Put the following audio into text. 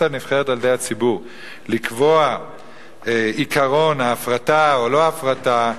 הנבחרת על-ידי הציבור לקבוע עקרון הפרטה או לא הפרטה,